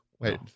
Wait